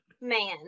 man